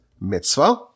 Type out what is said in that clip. mitzvah